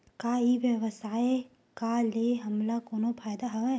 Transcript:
का ई व्यवसाय का ले हमला कोनो फ़ायदा हवय?